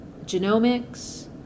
genomics